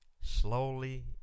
slowly